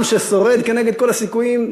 עם ששורד כנגד כל הסיכויים,